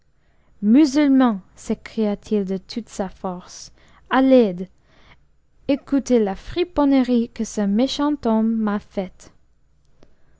musulmans sécriat il de toute sa force à l'aide ecoutez la friponnerie que ce méchant homme m'a faite